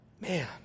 man